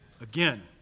again